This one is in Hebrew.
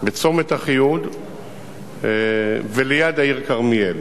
בצומת אחיהוד וליד העיר כרמיאל.